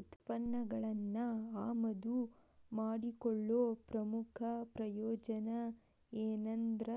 ಉತ್ಪನ್ನಗಳನ್ನ ಆಮದು ಮಾಡಿಕೊಳ್ಳೊ ಪ್ರಮುಖ ಪ್ರಯೋಜನ ಎನಂದ್ರ